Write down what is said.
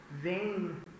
vain